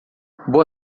boa